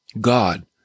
God